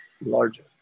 larger